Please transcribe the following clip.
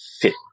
fit